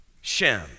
Shem